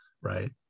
right